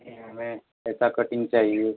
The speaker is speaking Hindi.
कि हमें ऐसा कटिंग चाहिए